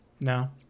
No